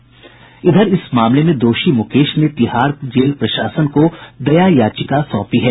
इस मामले में दोषी मुकेश ने तिहाड़ जेल प्रशासन को दया याचिका सौंपी है